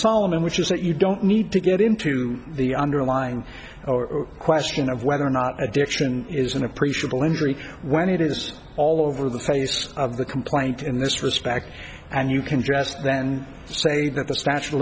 which is that you don't need to get into the underlying or question of whether or not addiction is an appreciable injury when it is all over the face of the complaint in this respect and you can just then say that the statute of